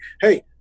hey